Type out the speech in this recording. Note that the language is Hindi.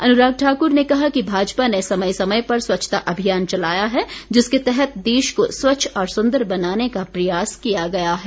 अनुराग ठाकुर ने कहा कि भाजपा ने समय समय पर स्वच्छता अभियान चलाया है जिसके तहत देश को स्वच्छ और सुंदर बनाने का प्रयास किया गया है